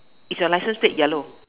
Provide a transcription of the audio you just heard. is your licence plate yellow